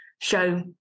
show